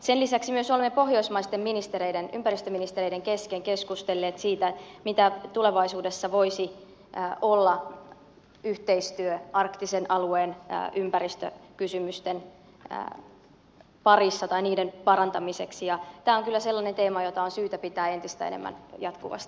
sen lisäksi myös olemme pohjoismaisten ympäristöministereiden kesken keskustelleet siitä mitä tulevaisuudessa voisi olla yhteistyö arktisen alueen ympäristökysymysten parissa tai niiden parantamiseksi ja tämä on kyllä sellainen teema jota on syytä pitää entistä enemmän jatkuvasti esillä